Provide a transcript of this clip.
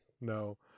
No